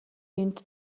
энд